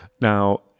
Now